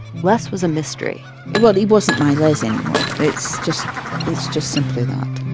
les was a mystery well, he wasn't my les anymore. it's just it's just simply that.